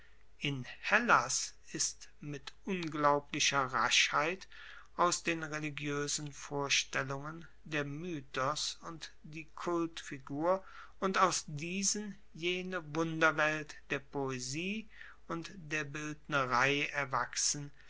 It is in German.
in hellas ist mit unglaublicher raschheit aus den religioesen vorstellungen der mythos und die kulturfigur und aus diesen jene wunderwelt der poesie und der bildnerei erwachsen